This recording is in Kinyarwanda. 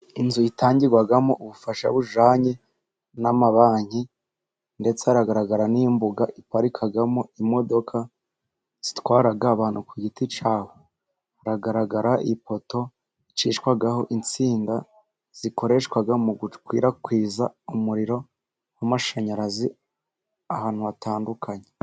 Inzu itangirwamo ubufasha bujyanye n'amabanki, ndetse haragaragara n'imbuga iparikamo imodoka zitwara abantu ku giti cyabo. Hagaragara ipoto icishwaho insinga zikoreshwa mu gukwirakwiza umuriro w'amashanyarazi ahantu hatandukanye.